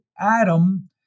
Adam